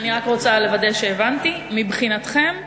אני רק רוצה לוודא שהבנתי: מבחינתכם,